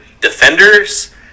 defenders